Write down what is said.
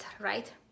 right